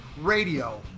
Radio